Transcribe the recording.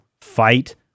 fight